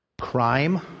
crime